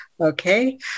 Okay